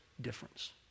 difference